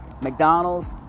McDonald's